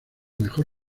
mejor